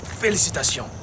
félicitations